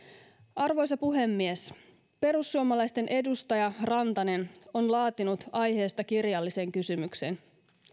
arvoisa puhemies perussuomalaisten edustaja rantanen on laatinut aiheesta kirjallisen kysymyksen